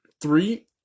three